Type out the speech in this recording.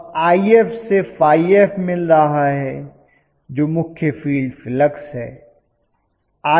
अब If से ϕ f मिल रहा है जो मुख्य फील्ड फ्लक्स है